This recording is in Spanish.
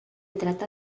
trata